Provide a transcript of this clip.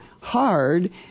hard